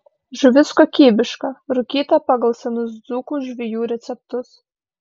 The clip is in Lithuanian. žuvis kokybiška rūkyta pagal senus dzūkų žvejų receptus